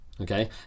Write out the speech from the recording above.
Okay